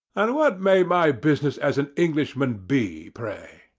and what may my business as an englishman be, pray?